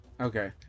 Okay